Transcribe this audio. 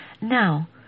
Now